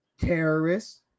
terrorists